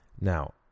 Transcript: Now